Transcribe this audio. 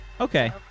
Okay